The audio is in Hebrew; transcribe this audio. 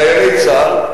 חיילי צה"ל,